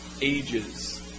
ages